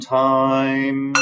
time